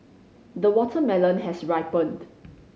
the watermelon has ripened